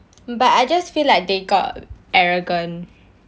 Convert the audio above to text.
but I just feel like they got arrogant